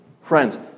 Friends